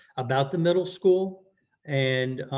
about the middle school and